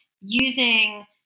using